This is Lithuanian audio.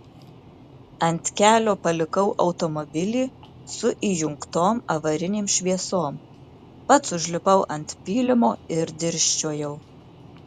ant kelio palikau automobilį su įjungtom avarinėm šviesom pats užlipau ant pylimo ir dirsčiojau